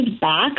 back